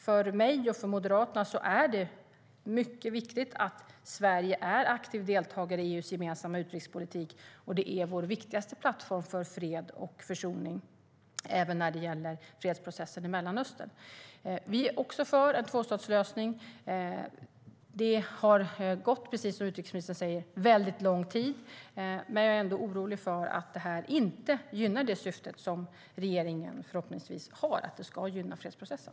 För mig och Moderaterna är det mycket viktigt att Sverige är en aktiv deltagare i EU:s gemensamma utrikespolitik. Det är vår viktigaste plattform för fred och försoning även när det gäller fredsprocessen i Mellanöstern. Vi är också för en tvåstatslösning. Det har, precis som utrikesministern säger, gått väldigt lång tid. Men jag är ändå orolig för att detta inte gynnar det syfte som regeringen förhoppningsvis har, nämligen att det ska gynna fredsprocessen.